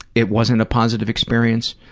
it wasn't a positive experience.